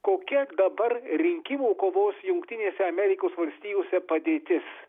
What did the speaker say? kokia dabar rinkimų kovos jungtinėse amerikos valstijose padėtis